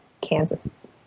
Kansas